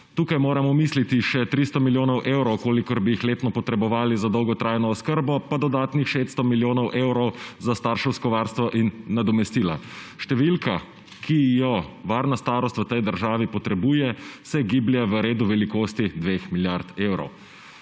Tukaj moramo misliti še 300 milijonov evrov, kolikor bi jih letno potrebovali za dolgotrajno oskrbo, 98. TRAK (VI) 17.35 (Nadaljevanje) pa dodatnih 600 milijonov evrov za starševsko varstvo in nadomestila. Številka, ki jo varna starost v tej državi potrebuje se giblje v redu velikosti 2 milijard evrov.